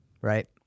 Right